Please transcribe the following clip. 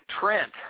Trent